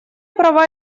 права